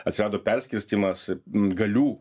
atsirado perskirstymas galių